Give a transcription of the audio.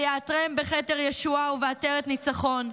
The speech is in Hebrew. ויעטרם בכתר ישועה ובעטרת ניצחון.